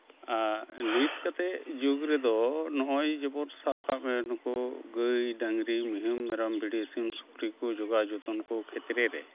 ᱱᱤᱛ ᱠᱟᱛᱮᱫ ᱡᱩᱜᱽ ᱨᱮᱫᱚ ᱱᱚᱜᱼᱚᱸᱭ ᱡᱮᱢᱚᱱ ᱥᱟᱵ ᱠᱟᱜ ᱢᱮ ᱱᱩᱠᱩ ᱜᱟᱹᱭ ᱰᱟᱝᱨᱤ ᱢᱤᱦᱩ ᱢᱮᱨᱚᱢ ᱵᱷᱤᱰᱤ ᱥᱤᱢ ᱥᱩᱠᱨᱤ ᱠᱚ ᱡᱚᱜᱟᱣ ᱡᱚᱛᱚᱱ ᱠᱚ ᱠᱷᱮᱛᱛᱨᱮ ᱨᱮ